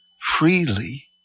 freely